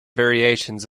variations